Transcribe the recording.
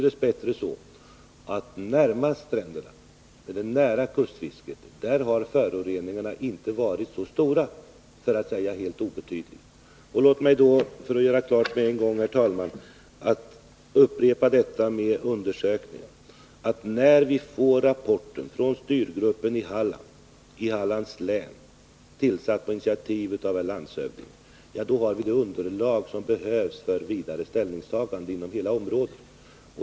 Dess bättre är det emellertid så att föroreningarna för det nära kustfisket har varit obetydliga. Jag upprepar detta med undersökningarna: När vi får rapporten från styrgruppen i Hallands län, tillsatt på initiativ av landshövdingen, har vi det underlag som behövs för vidare ställningstaganden.